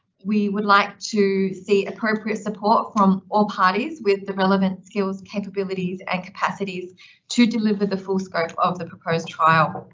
we would like to see appropriate support from all parties with the relevant skills, capabilities and capacities to deliver the full scope of the proposed trial.